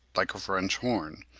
like a french horn,